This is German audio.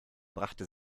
brachte